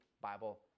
Bible